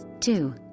two